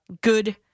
good